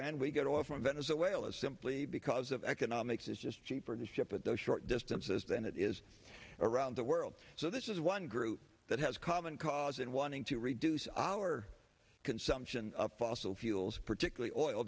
and we get oil from venezuela simply because of economics is just cheaper to ship at the short distances than it is around the world so this is one group that has common cause and wanting to reduce our consumption of fossil fuels particularly oil